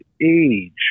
age